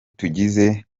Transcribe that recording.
tugize